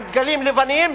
עם דגלים לבנים,